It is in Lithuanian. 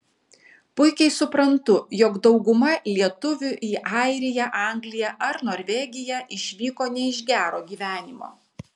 puikiai suprantu jog dauguma lietuvių į airiją angliją ar norvegiją išvyko ne iš gero gyvenimo